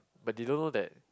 but they don't know that